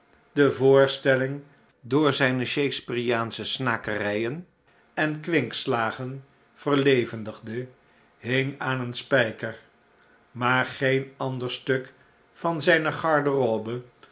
de voorstelling door zijne shakspeariaansche snakerijen en kwinkslagen verlevendigde hing aan een spijker maar geen ander stuk van zijne garderobe